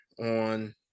on